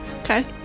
Okay